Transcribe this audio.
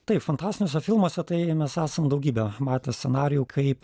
taip fantastiniuose filmuose tai mes esam daugybę matę scenarijų kaip